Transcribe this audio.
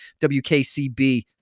WKCB